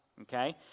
Okay